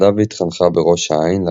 היא גדלה והתחנכה בראש העין,